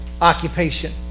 occupation